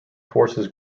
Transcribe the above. forces